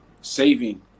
saving